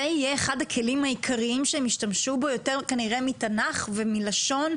זה יהיה אחד הכלים העיקריים שהם השתמשו בו יותר כנראה מתנ"ך ומלשון,